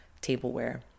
tableware